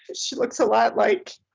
she looks a lot like